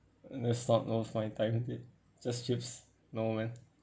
it's not worth my time it just chips no man